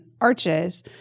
arches